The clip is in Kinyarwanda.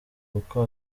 kuko